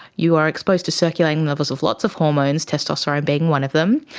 you are exposed to circulating levels of lots of hormones, testosterone being one of them.